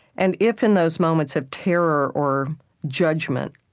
and if, in those moments of terror or judgment,